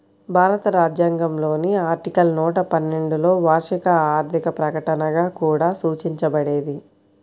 భారత రాజ్యాంగంలోని ఆర్టికల్ నూట పన్నెండులోవార్షిక ఆర్థిక ప్రకటనగా కూడా సూచించబడేది